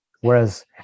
Whereas